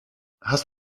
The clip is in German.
hast